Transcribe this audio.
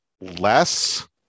less